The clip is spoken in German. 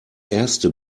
erste